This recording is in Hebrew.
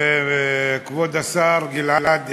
כבוד השר גלעד ארדן,